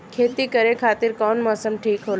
खेती करे खातिर कौन मौसम ठीक होला?